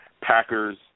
Packers